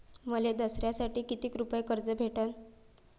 मले दसऱ्यासाठी कितीक रुपये कर्ज भेटन?